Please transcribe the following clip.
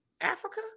Africa